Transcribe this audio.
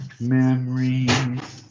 Memories